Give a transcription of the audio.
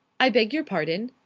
i beg your pardon?